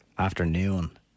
Afternoon